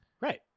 right